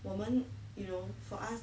我们 you know for us